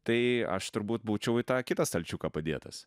tai aš turbūt būčiau į tą kitą stalčiuką padėtas